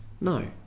No